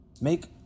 make